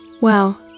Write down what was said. Well